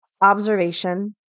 observation